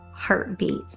heartbeat